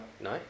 No